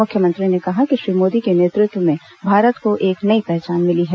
मुख्यमंत्री ने कहा कि श्री मोदी के नेतृत्व में भारत को एक नई पहचान मिली है